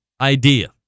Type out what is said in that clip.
idea